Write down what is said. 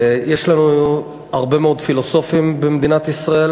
יש לנו הרבה מאוד פילוסופים במדינת ישראל